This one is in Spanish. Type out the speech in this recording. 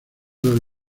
del